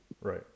Right